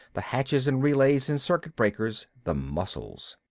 the hatches and relays and circuit breakers the muscles.